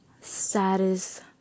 saddest